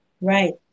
Right